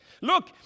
Look